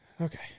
okay